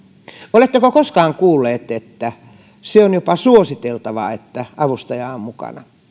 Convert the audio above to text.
oletteko koskaan kuulleet että se on jopa suositeltavaa että avustaja on mukana